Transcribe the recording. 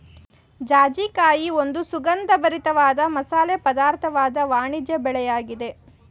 ಜಾಜಿಕಾಯಿ ಒಂದು ಸುಗಂಧಭರಿತ ವಾದ ಮಸಾಲೆ ಪದಾರ್ಥವಾದ ವಾಣಿಜ್ಯ ಬೆಳೆಯಾಗಿದೆ